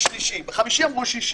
בחמישי אמרו שישי,